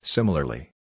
Similarly